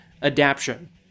adaption